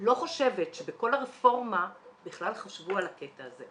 לא חושבת שבכל הרפורמה בכלל חשבו על הקטע הזה.